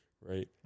right